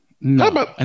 No